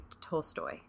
Tolstoy